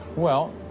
well,